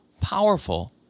powerful